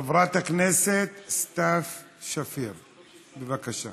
חברת הכנסת סתיו שפיר, בבקשה.